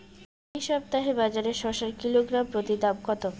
এই সপ্তাহে বাজারে শসার কিলোগ্রাম প্রতি দাম কত?